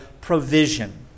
provision